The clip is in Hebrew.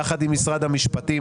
יחד עם משרד המשפטים.